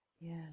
yes